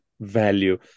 Value